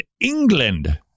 England